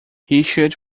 richard